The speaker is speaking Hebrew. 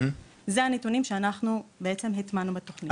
אלו הנתונים שאנחנו בעצם הטמענו בתוכנית.